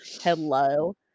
Hello